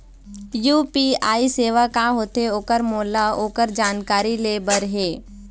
UPI सेवा का होथे ओकर मोला ओकर जानकारी ले बर हे?